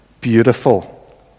beautiful